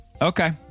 Okay